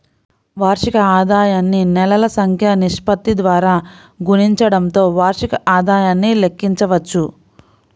వార్షిక ఆదాయాన్ని నెలల సంఖ్య నిష్పత్తి ద్వారా గుణించడంతో వార్షిక ఆదాయాన్ని లెక్కించవచ్చు